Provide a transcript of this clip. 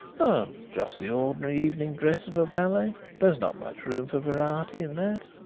oh, just the ordinary evening dress of a valet. there is not much room for variety in that.